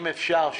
אם אפשר,